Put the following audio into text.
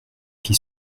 qui